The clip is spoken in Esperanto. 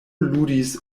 ludis